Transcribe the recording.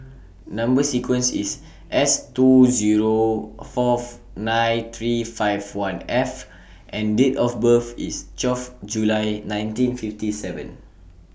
Number sequence IS S two Zero Fourth nine three five one F and Date of birth IS twelve July nineteen fifty seven